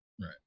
Right